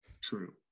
true